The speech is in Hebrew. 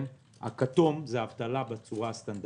הכתום זה האבטלה בצורה הסטנדרטית,